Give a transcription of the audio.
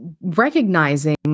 recognizing